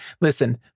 Listen